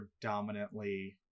predominantly